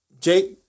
Jake